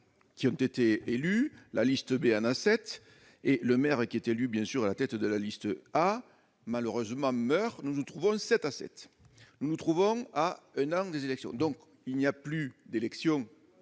qui ont été élus, la liste Beane 7 et le maire qui est élu, bien sûr, à la tête de la liste, a malheureusement meurent, nous nous trouvons 7 à 7 nous nous trouvons à un an des élections, donc il n'y a plus d'élection